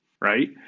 right